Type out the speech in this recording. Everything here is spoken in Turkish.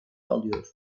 alıyor